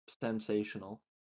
sensational